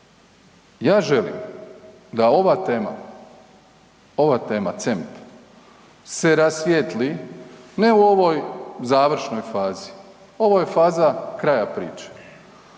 ja želim da ova tema, ova tema CEMP-a se rasvijetli ne u ovoj završnoj fazi, ovo je faza kraja priče,